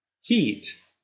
Heat